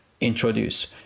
introduce